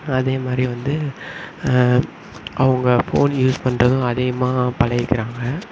அதே மாதிரி வந்து அவங்க ஃபோன் யூஸ் பண்ணுறதும் அதிகமாக பழகிக்கிறாங்க